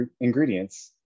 ingredients